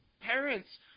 parents